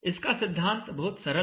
इसका सिद्धांत बहुत सरल है